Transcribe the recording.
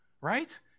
right